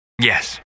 Yes